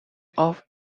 off